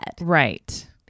Right